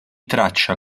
traccia